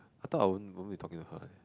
I thought I won't be talking to her